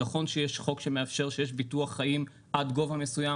נכון שיש חוק שמאפשר שיש ביטוח חיים עד גובה מסויים